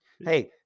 Hey